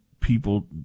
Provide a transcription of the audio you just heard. people